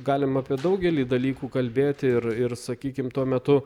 galim apie daugelį dalykų kalbėti ir ir sakykim tuo metu